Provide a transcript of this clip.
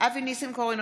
אבי ניסנקורן,